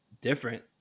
different